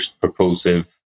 propulsive